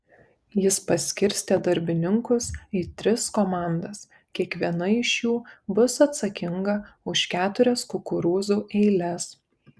jis paskirstė darbininkus į tris komandas kiekviena iš jų bus atsakinga už keturias kukurūzų eiles